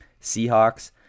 Seahawks